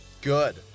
Good